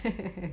I